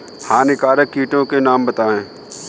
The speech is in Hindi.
हानिकारक कीटों के नाम बताएँ?